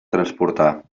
transportar